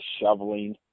shoveling